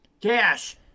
Cash